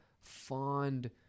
fond –